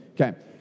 okay